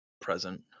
present